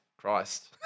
Christ